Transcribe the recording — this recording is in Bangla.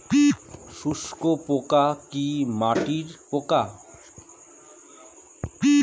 শোষক পোকা কি মাটির পোকা?